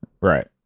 Right